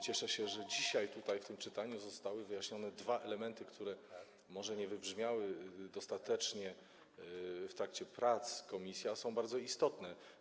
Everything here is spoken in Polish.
Cieszę się, że dzisiaj, tutaj, w tym czytaniu zostały wyjaśnione dwa elementy, które może nie wybrzmiały dostatecznie w trakcie prac komisji, a są bardzo istotne.